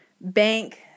bank